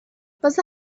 واسه